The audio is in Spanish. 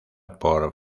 por